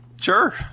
Sure